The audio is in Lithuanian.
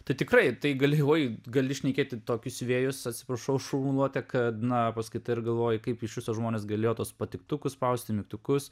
tu tikrai tai gali gali uoj šnekėti tokius vėjus atsiprašau už formuluotę kad na paskaitai ir galvoji kaip iš viso žmonės galėjo tuos patiktukus spausti mygtukus